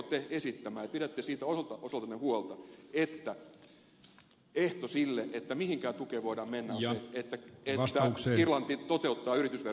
tuletteko esittämään ja pidättekö siitä osaltanne huolta että ehto sille että mihinkään tukeen voidaan mennä on se että irlanti toteuttaa yritysverouudistuksen